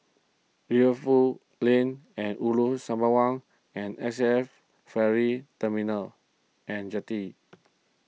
Rivervale Lane and Ulu Sembawang and S A F Ferry Terminal and Jetty